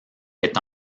est